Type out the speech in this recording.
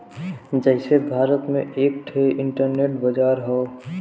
जइसे भारत में एक ठे इन्टरनेट बाजार हौ